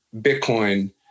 Bitcoin